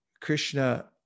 Krishna